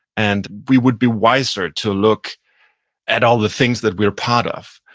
and we would be wiser to look at all the things that we're part of.